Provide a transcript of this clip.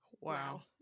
Wow